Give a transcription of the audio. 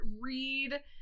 read